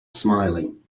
smiling